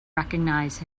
recognize